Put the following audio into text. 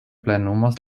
plenumas